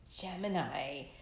Gemini